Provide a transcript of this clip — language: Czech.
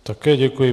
Také děkuji.